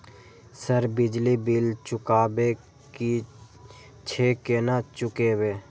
Sir बिजली bill चुकाबे की छे केना चुकेबे?